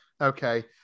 Okay